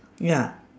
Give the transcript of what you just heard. ya